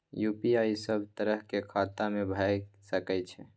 UPI सब तरह के खाता में भय सके छै?